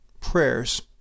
prayers